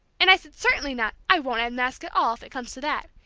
and i said, certainly not! i won't unmask at all, if it comes to that.